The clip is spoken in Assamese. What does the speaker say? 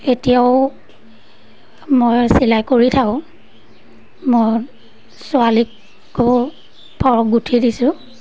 এতিয়াও মই চিলাই কৰি থাকোঁ মই ছোৱালীকো ফ্ৰক গুঠি দিছোঁ